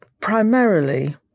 primarily